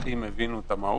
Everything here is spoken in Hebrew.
הנוכחים הבינו את המהות.